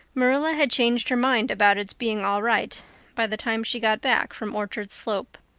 marilla had changed her mind about it being all right by the time she got back from orchard slope.